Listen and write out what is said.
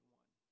one